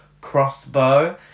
crossbow